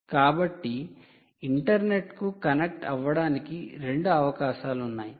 కాబట్టి ఇంటర్నెట్కు కనెక్ట్ అవ్వడానికి రెండు అవకాశాలు ఉన్నాయి